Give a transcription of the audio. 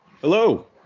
Hello